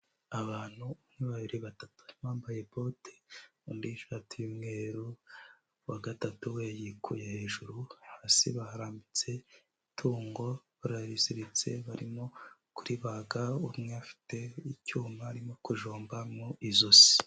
Abantu, umwe, babiri, batatu, harimo uwambaye bote undi ishati y'umweru, uwa gatatu we yikuye hejuru, hasi baharambitse itungo barariziritse barimo kuribaga, umwe afite icyuma arimo kujomba mu ijosi.